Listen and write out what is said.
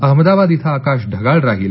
अहमदाबाद इथं आकाश ढगाळ राहील